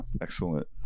excellent